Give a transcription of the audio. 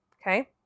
Okay